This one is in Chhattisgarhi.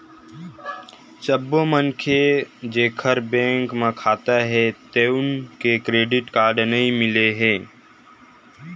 सब्बो मनखे जेखर बेंक म खाता हे तउन ल क्रेडिट कारड नइ मिलय